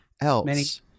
else